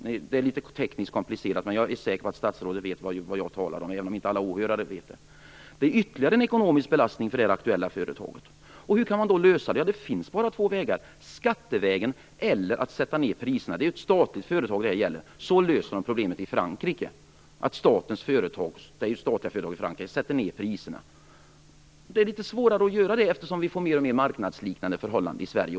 Det är litet tekniskt komplicerat, men jag är säker på att statsrådet vet vad jag talar om, även om inte alla åhörare gör det. Hur kan man då lösa detta? Ja, det finns bara två vägar: skattevägen eller genom att sänka priserna. Det gäller ju ett statligt företag. Så löser man problemet i Frankrike, där staten fastställer lägre priser. Det är litet svårare att göra det här, eftersom vi får mer och mer marknadsliknande förhållanden i Sverige.